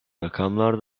rakamlar